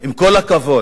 עם כל הכבוד.